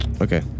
Okay